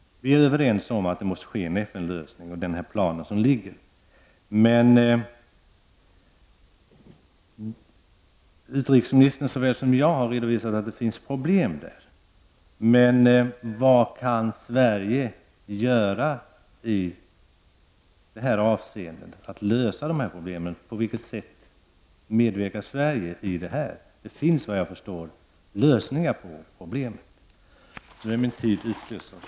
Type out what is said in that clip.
Vi är överens om att det måste ske en lösning såsom FN-planen anger. Men såväl utrikesministern som jag har påtalat att det finns problem där. Vad kan Sverige göra för att lösa dessa problem? På vilket sätt kan Sverige medverka? Såvitt jag förstår finns det lösningar.